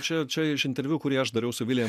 čia čia iš interviu kurį aš dariau su vilija